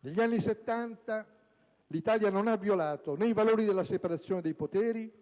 Negli anni '70 l'Italia non ha violato né i valori della separazione dei poteri